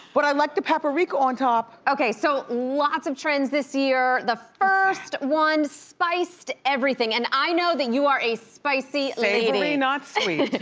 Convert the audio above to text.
but i like the paprika on top. okay, so lots of trends this year, the first one, spiced everything, and i know that you are a spicy lady. savory, not sweet.